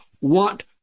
want